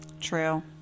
True